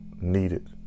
needed